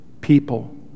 people